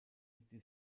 die